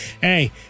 hey